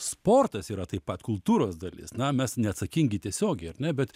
sportas yra taip pat kultūros dalis na mes neatsakingi tiesiogiai ar ne bet